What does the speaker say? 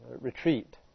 retreat